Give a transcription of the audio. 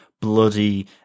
bloody